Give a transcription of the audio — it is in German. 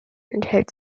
enthält